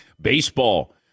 Baseball